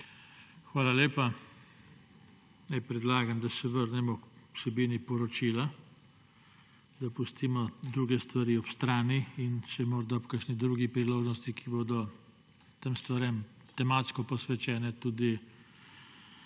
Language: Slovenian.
Hvala lepa. Predlagam, da se vrnemo k vsebini poročila, da pustimo druge stvari ob strani in se morda ob kakšnih drugih priložnostih, ki bodo tem stvarem tematsko posvečene, tem